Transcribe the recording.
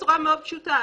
מעכשיו הערה לא רלוונטית